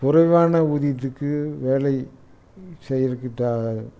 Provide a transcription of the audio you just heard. குறைவான ஊதியத்துக்கு வேலை செய்யுறக்கிதா